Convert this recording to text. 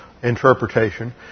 Interpretation